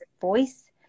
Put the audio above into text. voice